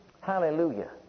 Hallelujah